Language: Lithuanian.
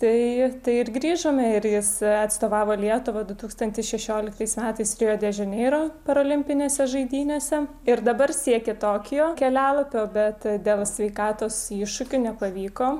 tai tai ir grįžome ir jis atstovavo lietuvą du tūkstantis šešioliktais metais rio de žaneiro parolimpinėse žaidynėse ir dabar siekia tokijo kelialapio bet dėl sveikatos iššūkių nepavyko